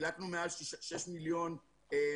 חילקנו מעל 6 מיליון מנות,